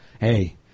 Hey